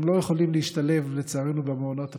הם לא יכולים להשתלב, לצערנו, במעונות הפתוחים,